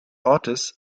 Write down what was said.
ortes